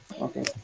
okay